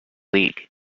league